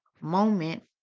moment